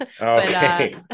okay